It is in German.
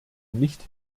nicht